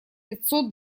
пятьсот